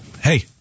Hey